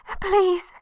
Please